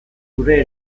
zure